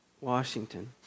washington